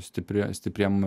stiprėja stipriem